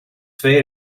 twee